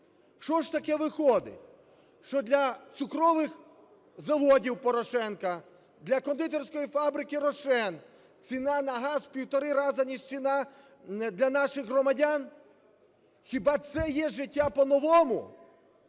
Що ж таке виходить? Що для цукрових заводів Порошенка, для кондитерської фабрики "Рошен" ціна на газ в 1,5 рази, ніж ціна для наших громадян? Хіба це є життя по-новому?